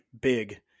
big